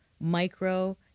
micro